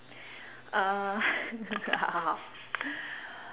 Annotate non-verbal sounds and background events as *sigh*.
uh *laughs*